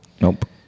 Nope